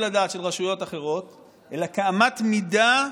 הדעת של רשויות אחרות אלא כאמת מידה,